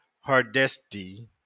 Hardesty